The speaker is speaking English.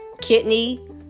kidney